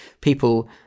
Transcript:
people